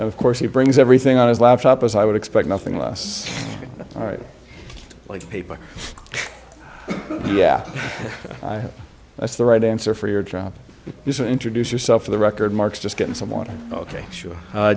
of course he brings everything on his laptop as i would expect nothing less all right like people yeah that's the right answer for your user introduce yourself for the record marks just getting someone ok sure